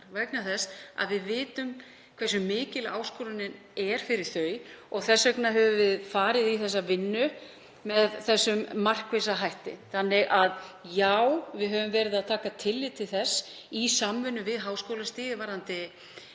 vegna þess að við vitum hversu mikil áskorunin er fyrir þau. Þess vegna höfum við farið í þessa vinnu með markvissum hætti. Þannig að já, við höfum tekið tillit til þess í samvinnu við háskólastigið varðandi